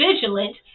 vigilant